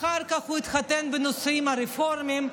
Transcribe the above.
אחר כך הוא התחתן בנישואים רפורמיים,